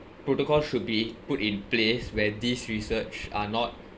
protocol should be put in place where this research are not